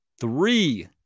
Three